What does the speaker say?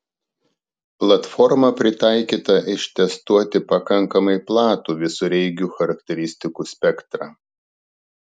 platforma pritaikyta ištestuoti pakankamai platų visureigių charakteristikų spektrą